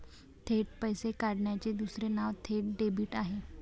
थेट पैसे काढण्याचे दुसरे नाव थेट डेबिट आहे